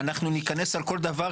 ואנחנו ניכנס לכל דבר,